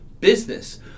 business